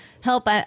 Help